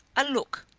a look,